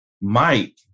Mike